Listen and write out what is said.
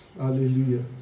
Hallelujah